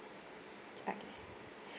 alright